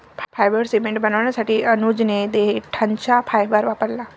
fibre cement बनवण्यासाठी अनुजने देठाचा फायबर वापरला